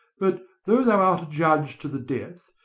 but though thou art adjudged to the death,